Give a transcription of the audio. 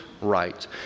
right